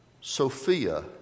Sophia